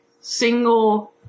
single